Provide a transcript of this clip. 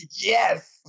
Yes